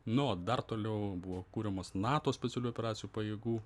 nu o dar toliau buvo kuriamas nato specialiųjų operacijų pajėgų